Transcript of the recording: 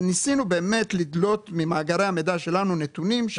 ניסינו באמת לדלות ממאגרי המידע שלנו נתונים.